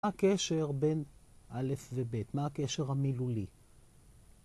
מה הקשר בין א' וב', מה הקשר המילולי?